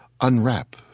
unwrap